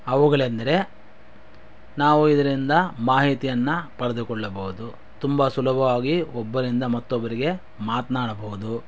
ಅವುಗಳೆಂದರೆ ನಾವು ಇದರಿಂದ ಮಾಹಿತಿಯನ್ನು ಪಡೆದುಕೊಳ್ಳಬಹುದು ತುಂಬ ಸುಲಭವಾಗಿ ಒಬ್ಬರಿಂದ ಮತ್ತೊಬ್ರಿಗೆ ಮಾತನಾಡಬಹುದು